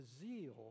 zeal